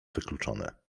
wykluczone